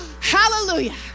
Hallelujah